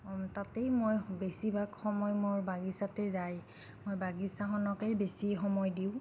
তাতেই মই বেছিভাগ সময় মোৰ বাগিচাতেই যায় মই বাগিচাখনকেই বেছি সময় দিওঁ